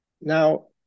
now